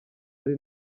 ari